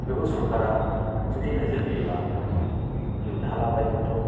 बेखौ सरकारा जुदि नोजोर होयोबा इयुन हालागै हयथ'